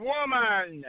Woman